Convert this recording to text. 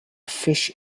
fish